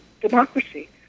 democracy